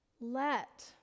Let